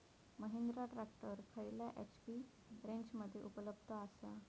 Mahindra tractor खयल्या HP रेंजमध्ये उपलब्ध आसा?